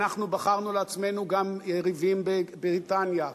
ואנחנו בחרנו לעצמנו גם יריבים בבריטניה.